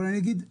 אבל אני אגיד,